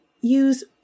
Use